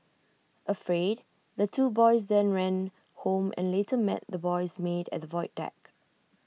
afraid the two boys then ran home and later met the boy's maid at the void deck